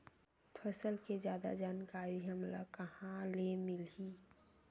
फसल के जादा जानकारी हमला कहां ले मिलही?